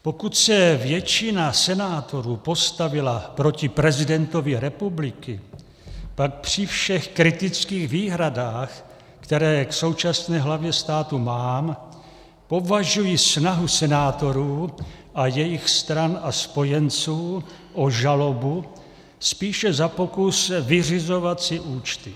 Pokud se většina senátorů postavila proti prezidentovi republiky, pak při všech kritických výhradách, které k současné hlavě státu mám, považuji snahu senátorů a jejich stran a spojenců o žalobu spíše za pokus vyřizovat si účty.